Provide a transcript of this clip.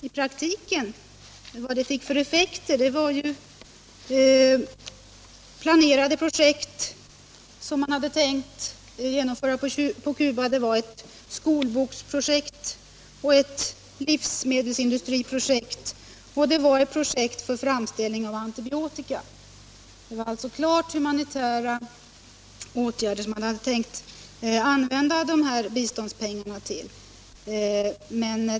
I praktiken fick det den effekten att planerade projekt som man hade tänkt genomföra på Cuba fick inställas. Man hade tänkt använda biståndspengarna till klart humanitära åtgärder: ett skolboksprojekt, ett livsmedelsindustriprojekt och ett projekt för framställning av antibiotika.